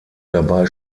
dabei